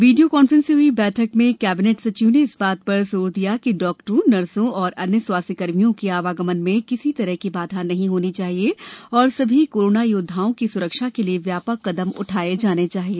video conference से हई बैठक में केबिनेट सचिव ने इस बात पर जोर दिया कि डाक्टरों नर्सों और अन्य स्वास्थ्यकर्मियों के आवागमन में किसी तरह की बाधा नहीं होनी चाहिए और सभी कोरोना यौद्वाओं की स्रक्षा के लिए व्यापक कदम उठाये जाने चाहिए